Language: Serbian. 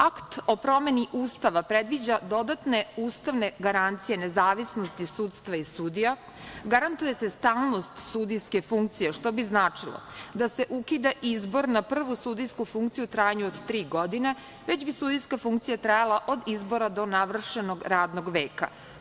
Akt o promeni Ustava predviđa dodatne ustavne garancije nezavisnosti sudstva i sudija, garantuje se stalnost sudijske funkcije, što bi značilo da se ukida izbor na prvu sudijsku funkciju u trajanju od tri godine, već bi sudijska funkcija trajala od izbora do navršenog radnog veka.